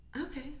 okay